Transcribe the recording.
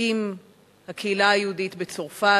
עם הקהילה היהודית בצרפת,